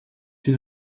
une